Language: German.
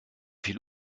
viel